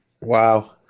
Wow